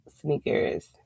sneakers